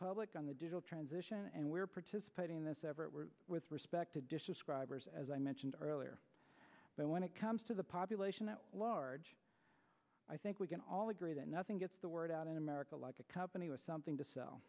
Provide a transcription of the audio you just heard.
public on the digital transition and we're participating in this with respect to describe as i mentioned earlier when it comes to the population at large i think we can all agree that nothing gets the word out in america like a company with something to sell